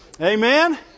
Amen